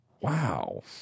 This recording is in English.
Wow